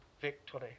victory